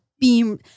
beam